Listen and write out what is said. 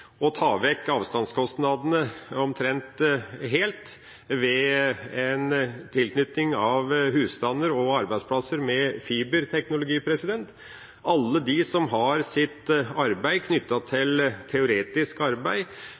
å ta vekk avstandskostnadene omtrent helt ved en tilknytning av husstander og arbeidsplasser med fiberteknologi. Alle de som har et teoretisk arbeid,